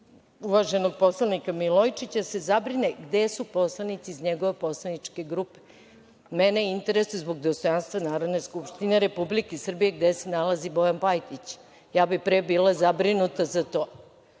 uvaženog poslanika Milojičića da se zabrine gde su poslanici iz njegove poslaničke grupe. Mene interesuje zbog dostojanstva Narodne skupštine Republike Srbije gde se nalazi Bojan Pajtić? Ja bih pre bila zabrinuta za to.